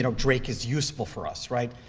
you know drake is useful for us, right?